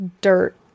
dirt